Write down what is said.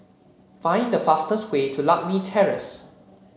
find the fastest way to Lakme Terrace